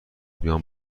میان